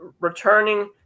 returning